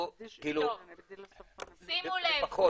--- שימו לב,